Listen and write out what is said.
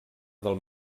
del